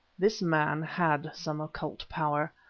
this man had some occult power.